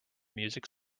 music